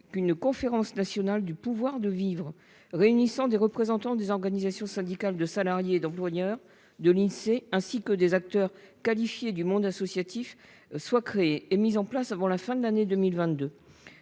qu'une conférence nationale du pouvoir de vivre, réunissant des représentants des organisations syndicales de salariés et d'employeurs, de l'Insee, ainsi que des acteurs qualifiés du monde associatif, soit créée et mise en place avant la fin de l'année 2022,